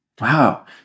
Wow